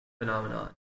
phenomenon